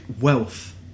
wealth